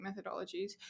methodologies